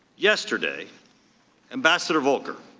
yesterday ambassador volker,